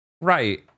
Right